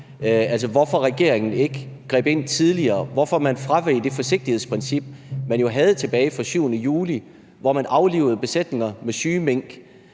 hvorfor regeringen ikke greb ind tidligere – hvorfor man fraveg det forsigtighedsprincip, man jo havde tilbage og indtil den 7. juli, hvor man aflivede besætninger med syge mink.